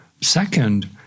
second